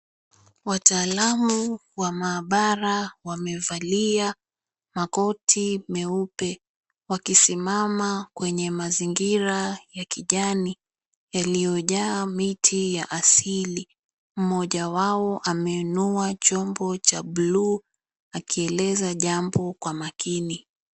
Wataalamu wa maabara wamevalia makoti meupe wakisimama kwenye mazingira ya kijani yaliyojaa miti ya asili. Mmoja wao ameinua chombo cha blue akieleza jambo kwa makini.